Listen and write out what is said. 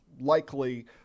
likely